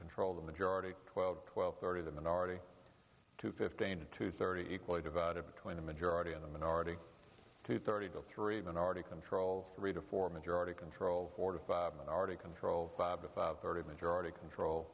control the majority twelve twelve thirty the minority to fifteen to thirty equally divided between the majority and the minority to thirty three minority control three to four majority control forty five minority controlled by thirty majority control